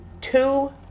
two